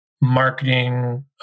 marketing